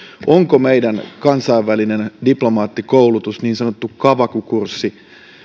luoko meidän kansainvälinen diplomaattikoulutus niin sanottu kavaku kurssi